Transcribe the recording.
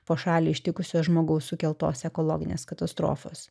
po šalį ištikusios žmogaus sukeltos ekologinės katastrofos